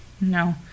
No